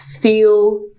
feel